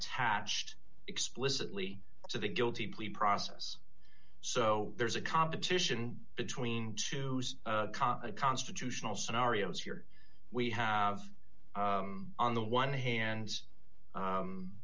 attached explicitly to the guilty plea process so there's a competition between two constitutional scenarios here we have on the one hand